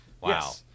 Wow